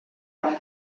auf